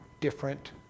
different